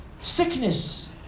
sickness